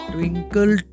Twinkle